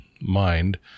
mind